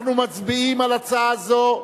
אנחנו מצביעים על הצעה זו.